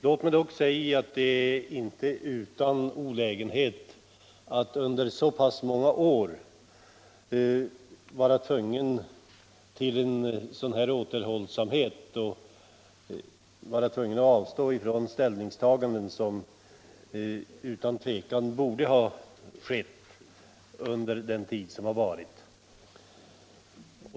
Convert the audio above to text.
Det har inte varit utan olägenhet att vi under så pass många år varit tvungna att iaktta en sådan här återhållsamhet och avstå från ställningstaganden som utan tvivel borde ha skett under de år som gått.